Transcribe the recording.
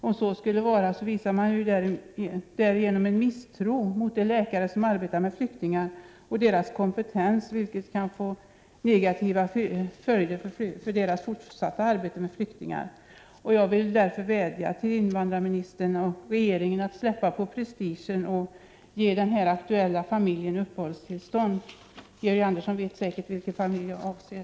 Om det skulle vara så visar man därigenom en misstro mot de läkare som arbetar med flyktingar och mot läkarnas kompetens, vilket kan få negativa följder för deras fortsatta arbete med flyktingar. Jag vill därför vädja till invandrarministern och regeringen att släppa på prestigen och ge den aktuella familjen uppehållstillstånd. Georg Andersson vet säkert vilken familj jag avser.